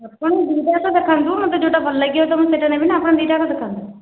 ଆପଣ ଦୁଇଟା ଯାକ ଦେଖାନ୍ତୁ ମୋତେ ଯେଉଁଟା ଭଲ ଲାଗିବ ତ ମୁଁ ସେଇଟା ନେବି ନା ଆପଣ ଦୁଇଟା ଯାକ ଦେଖାନ୍ତୁ